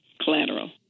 collateral